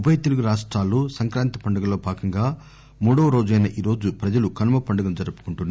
ఉభయ తెలుగు రాష్ట్రాల్లో సంక్రాతి పండుగలో భాగంగా మూడోవ రోజైన ఈ రోజు ప్రజలు కనుమ పండుగను జరుపుకుంటున్నారు